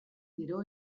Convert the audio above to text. gero